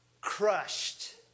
crushed